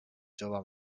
jove